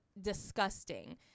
disgusting